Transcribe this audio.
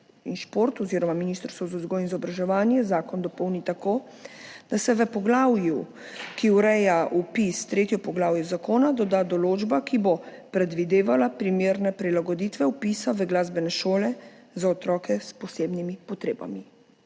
zato naj Ministrstvo za vzgojo in izobraževanje zakon dopolni tako, da se v poglavju, ki ureja vpis, tretje poglavje zakona, doda določba, ki bo predvidevala primerne prilagoditve vpisa v glasbene šole za otroke s posebnimi potrebami.